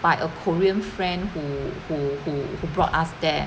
by a korean friend who who who who brought us there